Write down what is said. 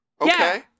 Okay